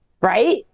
Right